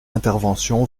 intervention